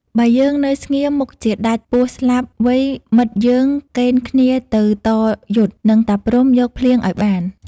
បើយើងនៅស្ងៀមមុខជាដាច់ពោះស្លាប់ វ៉ិយមិត្តយើងកេណ្ឌគ្នាទៅតយុទ្ធ និងតាព្រហ្មយកភ្លៀងឱ្យបាន។